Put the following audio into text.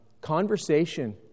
conversation